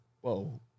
Whoa